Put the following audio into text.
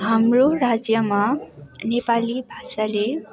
हाम्रो राज्यमा नेपाली भाषाले